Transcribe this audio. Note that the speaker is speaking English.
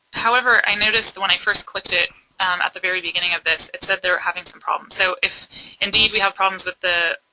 however, i noticed when i first clicked it at the very beginning of this, it said they were having some problems. so if indeed we have problems with the,